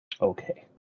Okay